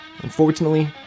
Unfortunately